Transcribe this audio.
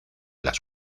las